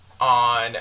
on